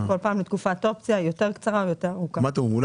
בכל פעם,